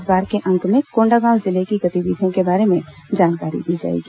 इस बार के अंक में कोंडागांव जिले की गतिविधियों के बारे में जानकारी दी जाएगी